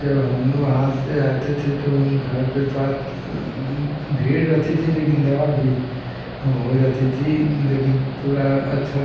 जब हम लोग वहाँ से आते थे तो घर के पास भीड़ रहती थी लेकिन दवा भी हो जाती थी लेकिन पूरा अच्छा